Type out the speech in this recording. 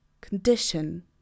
condition